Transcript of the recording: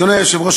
אדוני היושב-ראש,